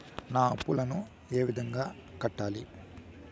నా అప్పులను ఏ విధంగా కట్టాలి?